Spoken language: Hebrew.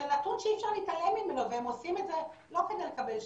זה נתון שאי אפשר להתעלם ממנו והם עושים את זה לא כדי לקבל שליש,